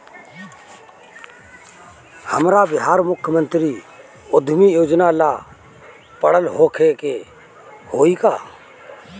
हमरा बिहार मुख्यमंत्री उद्यमी योजना ला पढ़ल होखे के होई का?